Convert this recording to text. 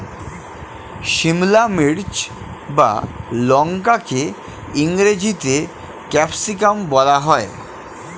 সিমলা মির্চ বা লঙ্কাকে ইংরেজিতে ক্যাপসিকাম বলা হয়